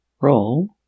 roll